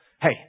Hey